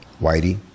Whitey